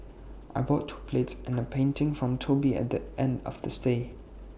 I bought two plates and A painting from Toby at the end of the stay